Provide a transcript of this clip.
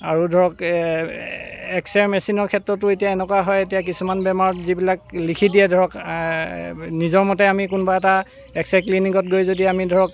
আৰু ধৰক X ray মেচিনৰ ক্ষেত্ৰতো এতিয়া এনেকুৱা হয় এতিয়া কিছুমান বেমাৰত যিবিলাক লিখি দিয়ে ধৰক নিজৰ মতে আমি কোনোবা এটা এক্স ৰে' ক্লিনিকত গৈ যদি আমি ধৰক